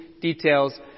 details